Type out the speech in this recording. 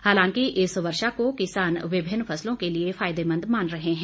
हालांकि इस वर्षा को किसान विभिन्न फसलों के लिए फायदेमंद मान रहे हैं